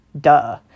duh